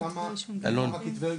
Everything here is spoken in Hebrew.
וכמה כתבי אישום הוגשו.